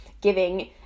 giving